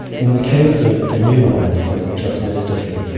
in the case of the new one, from just west of here,